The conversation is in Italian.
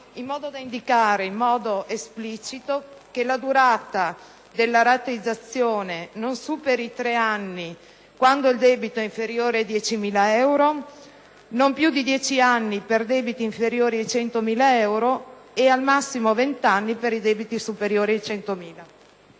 in modo da indicare esplicitamente che la durata della rateizzazione non superi i tre anni quando il debito è inferiore ai 10.000 euro, non superi i dieci anni per i debiti inferiori ai 100.000 euro e non superi i 20 anni per i debiti superiori ai 100.000 euro.